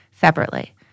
separately